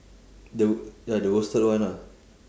the ya the roasted one ah